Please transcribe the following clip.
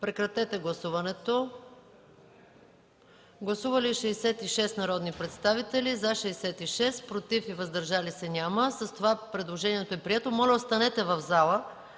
важен законопроект. Гласували 66 народни представители: за 66, против и въздържали се няма. С това предложението е прието. Моля останете в залата,